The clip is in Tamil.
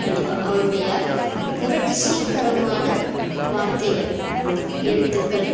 கண்டிப்பாக அவருடைய புரட்சிகரமான வார்த்தைகள் எழுத்துக்கள்